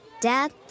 Dad